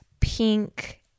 pink